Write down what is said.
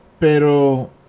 Pero